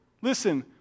Listen